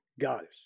goddess